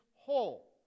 whole